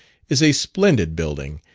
is a splendid building,